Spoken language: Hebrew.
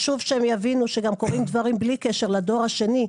חשוב שהם יבינו שגם קורים דברים בלי קשר לדור השני.